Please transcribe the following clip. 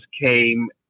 came